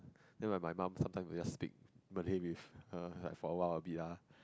then my my mum sometimes will just speak Malay with err like for a while a bit ah